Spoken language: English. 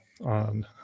on